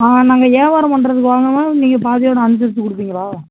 ஆ நாங்கள் வியாவாரம் பண்றதுக்கு வாங்கும்போது நீங்கள் பாதியோடு அனுசரித்து கொடுப்பீங்களா